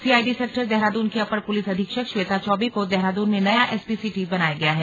CID sector Dehradun की अपर police अधीक्षक श्वेता चौबे को देहरादून में नया एसपी सिटी बनाया गया है